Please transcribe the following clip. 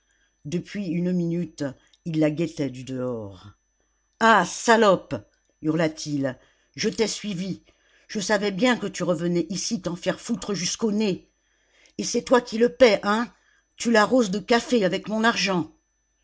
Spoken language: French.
depuis une minute il la guettait du dehors ah salope hurla t il je t'ai suivie je savais bien que tu revenais ici t'en faire foutre jusqu'au nez et c'est toi qui le paies hein tu l'arroses de café avec mon argent